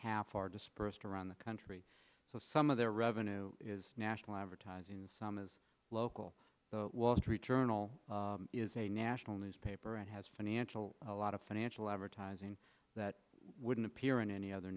half are dispersed around the country so some of their revenue is national advertising and some is local the wall street journal is a national newspaper and has financial a lot of financial advertising that wouldn't appear in any other